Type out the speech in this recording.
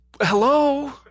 Hello